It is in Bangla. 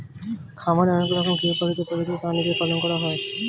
খামারে অনেক রকমের গৃহপালিত প্রজাতির প্রাণীদের পালন করা হয়